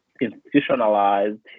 institutionalized